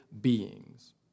beings